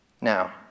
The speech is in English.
Now